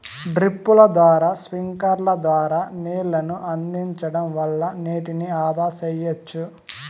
డ్రిప్పుల ద్వారా స్ప్రింక్లర్ల ద్వారా నీళ్ళను అందించడం వల్ల నీటిని ఆదా సెయ్యచ్చు